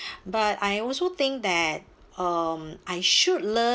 but I also think that um I should